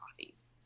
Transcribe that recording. coffees